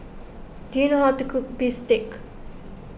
do you know how to cook Bistake